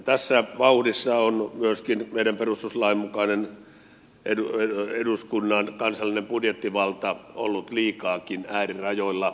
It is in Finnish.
tässä vauhdissa on myöskin meidän perustuslain mukainen eduskunnan kansallinen budjettivalta ollut liikaakin äärirajoilla